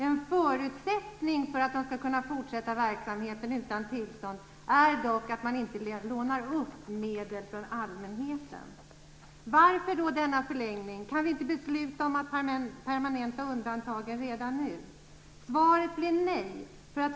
En förutsättning för att de skall få fortsätta verksamheten utan tillstånd efter utgången av innevarande år är dock att de inte lånar upp medel från allmänheten. Varför då denna förlängning? Kan vi inte besluta om att permanenta undantagen redan nu? Svaret blir nej.